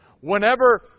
Whenever